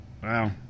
Wow